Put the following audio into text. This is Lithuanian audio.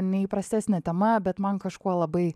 neįprastesnė tema bet man kažkuo labai